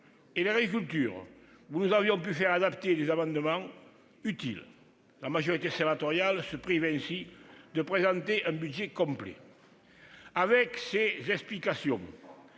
et de l'agriculture, où nous avions pu faire adopter des amendements utiles. La majorité sénatoriale se prive ainsi de présenter un budget complet. Après ces explications,